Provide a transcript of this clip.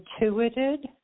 intuited